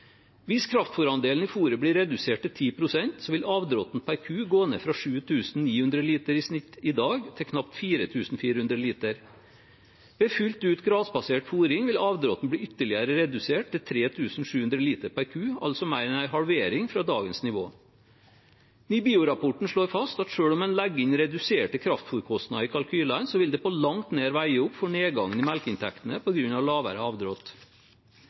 Hvis kraftfôrandelen i fôret blir redusert til 10 pst., vil avdråtten per ku gå ned fra 7 900 liter i snitt i dag til knapt 4 400 liter. Ved fullt ut gressbasert fôring vil avdråtten bli ytterligere redusert til 3 700 liter per ku, altså mer enn en halvering av dagens nivå. Nibio-rapporten slår fast at selv om en legger inn reduserte kraftfôrkostnader i kalkylene, vil det på langt nær veie opp for nedgangen i melkeinntektene på grunn av lavere avdrått.